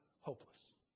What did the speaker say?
hopeless